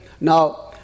Now